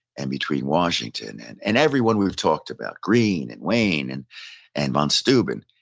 and between washington and and everyone we've talked about, greene and wayne and and von steuben,